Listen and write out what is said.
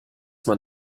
man